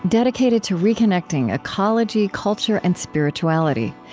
dedicated to reconnecting ecology, culture, and spirituality.